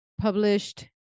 published